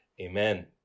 amen